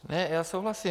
Ne, já souhlasím.